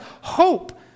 hope